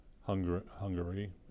Hungary